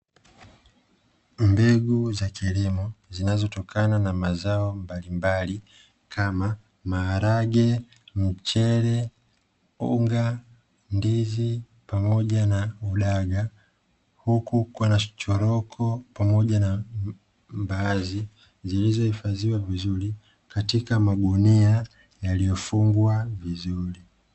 Mbegu za kilimo zinazotokana na mazao mbalimbali kama: maharage, mchele, unga, ndizi pamoja na udaga, huku kukiwa na choroko pamoja na mbaazi zilizohifadhiwa vizuri katika magunia yaliyofungwa vizuri.